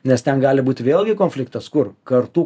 nes ten gali būt vėlgi konfliktas kur kartų